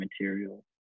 material